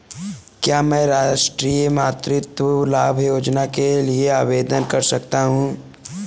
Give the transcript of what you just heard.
क्या मैं राष्ट्रीय मातृत्व लाभ योजना के लिए आवेदन कर सकता हूँ?